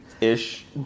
Ish